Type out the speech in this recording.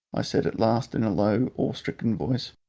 i said at last in a low awe-stricken voice.